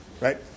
Right